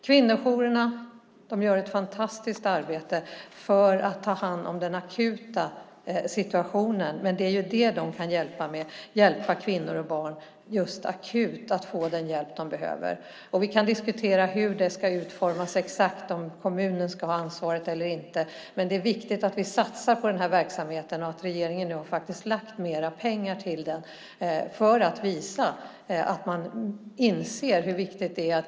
Kvinnojourerna gör ett fantastiskt arbete för att ta hand om den akuta situationen. Det är ju det de kan hjälpa med. De kan se till att kvinnor och barn just akut får den hjälp de behöver. Vi kan diskutera hur det ska utformas exakt, om kommunen ska ha ansvaret eller inte, men det är viktigt att vi satsar på den här verksamheten. Regeringen har faktiskt lagt mer pengar på den för att visa att man inser hur viktigt det är.